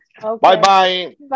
Bye-bye